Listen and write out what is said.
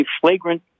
flagrant